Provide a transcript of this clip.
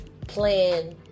plan